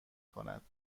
کند